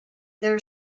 their